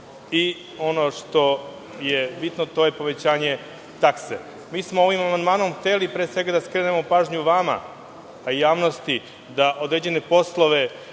i ono što je bitno, to je povećanje takse. Mi smo ovim amandmanom hteli pre svega da skrenemo pažnju vama i javnosti, da određene poslove,